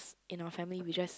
in our family we just